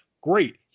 great